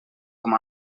com